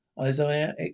Isaiah